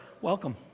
Welcome